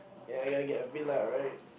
ya you gonna get a villa right